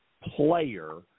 player